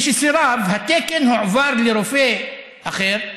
משסירב, התקן הועבר לרופא אחר,